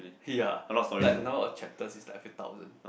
ya like the number of chapters is like a few thousand